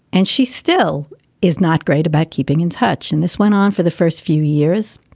and she still is not great about keeping in touch. and this went on for the first few years.